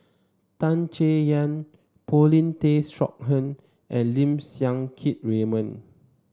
Tan Chay Yan Paulin Tay Straughan and Lim Siang Keat Raymond